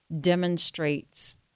demonstrates